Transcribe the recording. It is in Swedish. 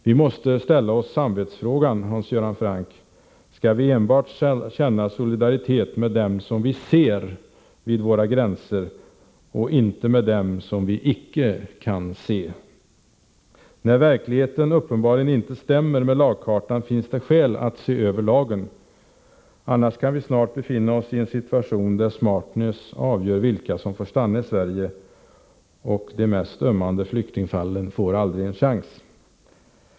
Vi måste, Hans Göran Franck, ställa oss samvetsfrågan: Skall vi enbart känna solidaritet med dem som vi ser vid våra gränser och inte med dem som vi icke kan se? När verkligheten uppenbarligen inte stämmer med lagkartan, finns det skäl att se över lagen, annars kan vi snart befinna oss i en situation där smartness avgör vilka som får stanna i Sverige och de mest ömmande flyktingfallen aldrig får en chans.